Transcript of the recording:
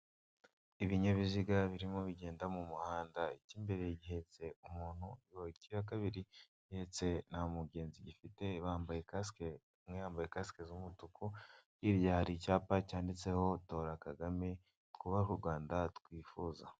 Ibinyabiziga birimo bigenda mu muhanda, ikimbere gihetse umuntu icya kabiri, ndetse na mugenzi gifite bambaye kasike umwe yambaye kasike z’umutuku. Hirya icyapa cyanditseho Tora Kagame, twubaha u Rwanda, twifuza.